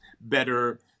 better